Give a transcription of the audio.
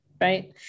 right